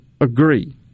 agree